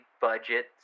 budget